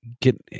get